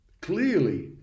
clearly